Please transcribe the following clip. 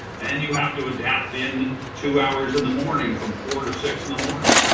and you have to adapt in two hours in the morning from four to six in the morning,